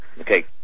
Okay